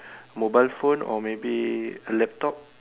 mobile phone or maybe a laptop